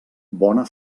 bona